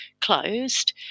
closed